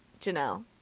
Janelle